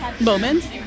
moments